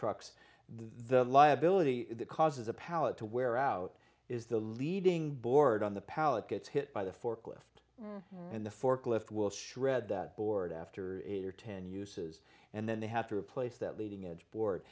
trucks the liability that causes a pallet to wear out is the leading board on the pallet gets hit by the forklift and the forklift will shred that board after eight or ten uses and then they have to replace that leading edge board